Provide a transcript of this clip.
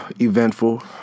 eventful